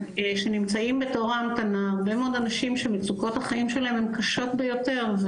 ונמצאים בתורי ההמתנה הרבה מאוד אנשים שמצוקות החיים שלהם הן קשות ביותר.